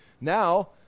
now